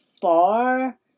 far